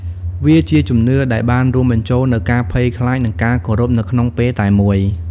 វាជាជំនឿដែលបានរួមបញ្ចូលនូវការភ័យខ្លាចនិងការគោរពនៅក្នុងពេលតែមួយ។